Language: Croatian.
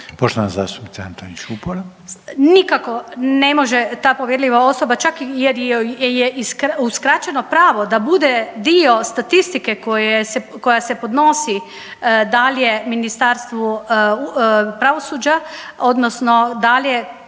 Vupora, Barbara (SDP)** Nikako ne može ta povjerljiva osoba čak jer joj je uskraćeno pravo da bude dio statistike koja se podnosi dalje Ministarstvu pravosuđa, odnosno dalje